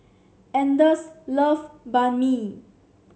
Anders love Banh Mi